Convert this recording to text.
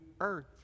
earth